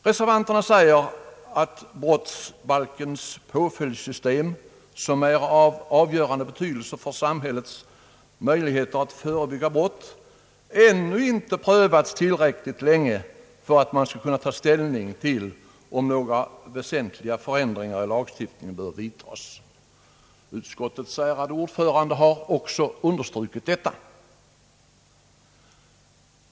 Reservanterna säger alt brottsbalkens påföljdssystem, som är av avgörande betydelse för samhällets möjligheter att förebygga brott, ännu inte har prövats tillräckligt länge för att man skall kunna ta ställning till om några väsentli Ang. rättsvården ga förändringar i lagstiftningen bör vidtas. Utskottets ärade ordförande har också understrukit detta.